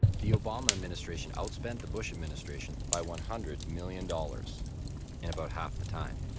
the obama administration outspent the bush administration by one hundred million dollars in about half the time.